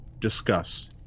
discuss